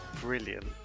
brilliant